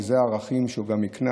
ואלה הערכים שהוא גם הקנה,